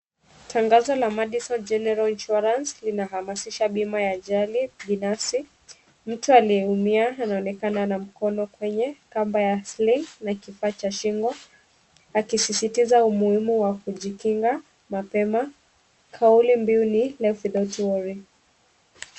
Tangazo la Madison General Insurance linahamasisha bima ya ajali binafsi. Mtu aliyeumia anaonekana ana mkono kwenye kamba ya slay na kifaa cha shingo akisisitiza umuhimu wa kujikinga mapema. Kauli mbiu ni life without worry .